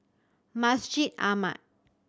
Masjid Ahmad